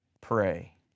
pray